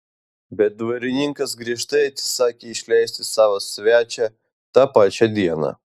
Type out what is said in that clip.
bet dvarininkas griežtai atsisakė išleisti savo svečią tą pačią dieną